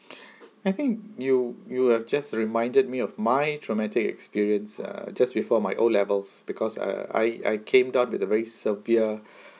I think you you have just reminded me of my traumatic experience uh just before my O levels because uh I I came down with a very severe